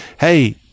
hey